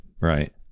right